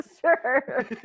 sure